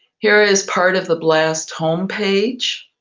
here is part of the blast home page.